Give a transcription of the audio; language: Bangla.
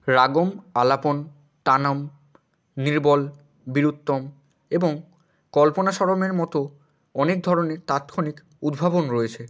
রাগম আলাপন তানম নিরবল বীরুত্তম এবং কল্পনাস্বরমের মতো অনেক ধরনের তাৎক্ষণিক উদ্ভাবন রয়েছে